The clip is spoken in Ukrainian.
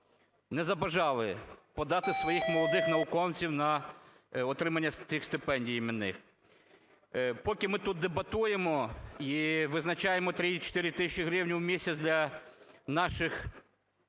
не забажали подати своїх молодих науковців на отримання цих стипендій іменних. Поки ми тут дебатуємо і визначаємо 3 і 4 тисячі гривень в місяць для нашої